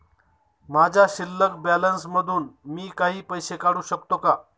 माझ्या शिल्लक बॅलन्स मधून मी काही पैसे काढू शकतो का?